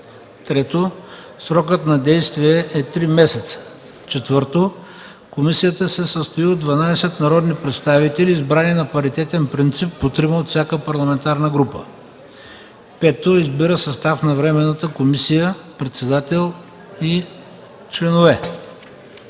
3. Срокът на действие е три месеца. 4. Комисията се състои от 12 народни представители, избрани на паритетен принцип по трима от всяка парламентарна група. 5. Избира състав на временната комисия, председател и членове.